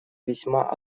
весьма